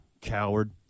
Coward